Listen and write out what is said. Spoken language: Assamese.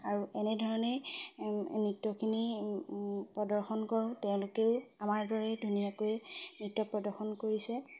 আৰু এনেধৰণে নৃত্যখিনি প্ৰদশন কৰোঁ তেওঁলোকেও আমাৰ দৰেই ধুনীয়াকৈ নৃত্য প্ৰদৰ্শন কৰিছে